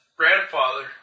Grandfather